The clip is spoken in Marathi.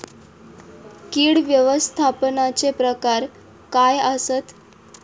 कीड व्यवस्थापनाचे प्रकार काय आसत?